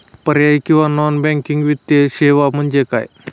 पर्यायी किंवा non banking वित्तीय सेवा म्हणजे काय?